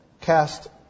cast